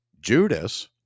Judas